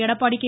Edappadi K